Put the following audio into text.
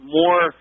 more